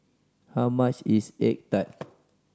how much is egg tart